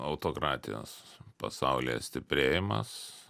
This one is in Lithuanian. autokratijos pasaulyje stiprėjimas